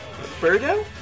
Birdo